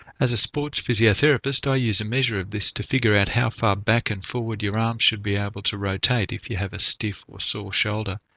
as a sports physiotherapist, i use a measure of this to figure out how far back and forward your arm um should be able to rotate if you have a stiff or sore shoulder,